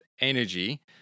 energy